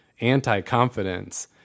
anti-confidence